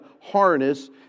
harness